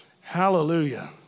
Hallelujah